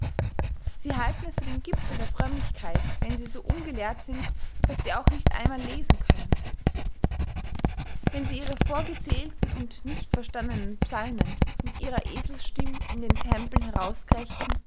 sie halten es für den gipfel der frömmigkeit wenn sie so ungelehrt sind daß sie auch nicht einmal lesen können wenn sie ihre vorgezählten und nicht verstandenen psalmen mit ihrer eselsstimm in den tempeln